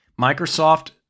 Microsoft